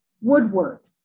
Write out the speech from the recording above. woodwork